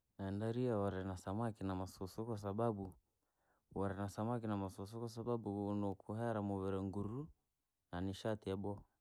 Nenda ria wari na samaki na masusu, kwasababu wari na samaki na masusu kwasababu, unokuhera maviri nguru na nishati yabowa.